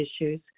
issues